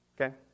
okay